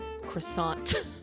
croissant